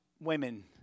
women